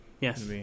Yes